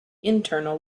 internal